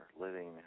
living